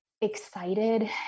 excited